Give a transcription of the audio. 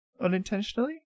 unintentionally